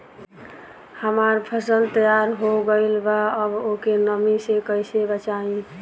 हमार फसल तैयार हो गएल बा अब ओके नमी से कइसे बचाई?